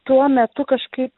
tuo metu kažkaip